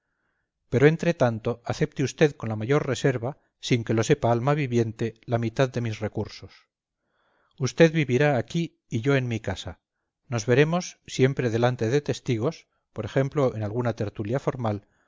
pero entretanto acepte usted con la mayor reserva sin que lo sepa alma viviente la mitad de mis recursos usted vivirá aquí y yo en mi casa nos veremos siempre delante de testigos por ejemplo en alguna tertulia formal